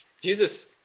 Jesus